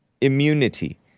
immunity